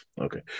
okay